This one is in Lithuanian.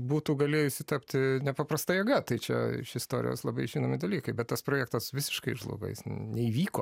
būtų galėjusi tapti nepaprasta jėga tai čia iš istorijos labai žinomi dalykai bet tas projektas visiškai žlugo jis neįvyko